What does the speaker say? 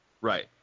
Right